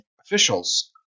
officials